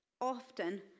Often